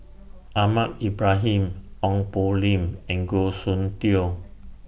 Ahmad Ibrahim Ong Poh Lim and Goh Soon Tioe